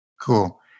Cool